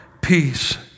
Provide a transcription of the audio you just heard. peace